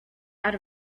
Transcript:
out